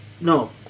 no